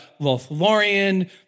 Lothlorien